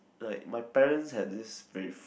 like parents have this brief